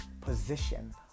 position